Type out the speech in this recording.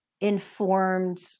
informed